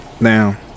Now